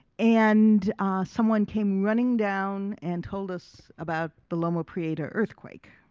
and someone came running down and told us about the loma prieta earthquake.